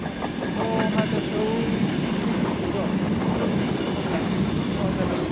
अह अह न' हाजारसोआव बेसे बेसे दं मबाइला न' हाजाराव